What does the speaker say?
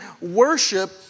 worship